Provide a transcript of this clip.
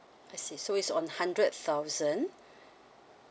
I see so it's on hundred thousand